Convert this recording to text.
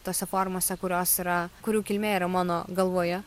tose formose kurios yra kurių kilmė yra mano galvoje